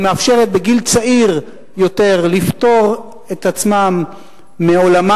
ומאפשרת בגיל צעיר יותר לפטור את עצמם מעולמה